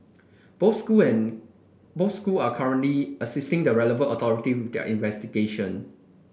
both school and both school are currently assisting the relevant authority with their investigation